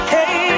Hey